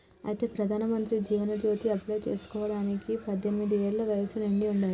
అయితే ప్రధానమంత్రి జీవన్ జ్యోతి అప్లై చేసుకోవడానికి పద్దెనిమిది ఏళ్ల వయసు నిండి ఉండాలి